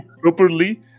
properly